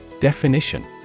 Definition